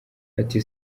bati